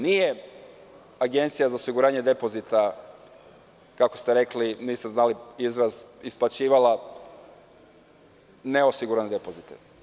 Nije Agencija za osiguranje depozita, kako ste rekli, niste znali izraz, isplaćivala neosigurane depozite.